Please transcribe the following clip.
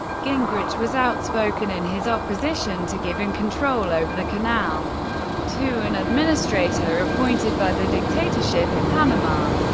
gingrich was outspoken in his opposition to giving control over the canal to an administrator appointed by the dictatorship in panama.